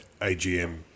AGM